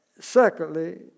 secondly